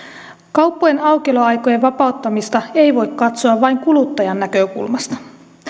kauppojen aukioloaikojen vapauttamista ei voi katsoa vain kuluttajan näkökulmasta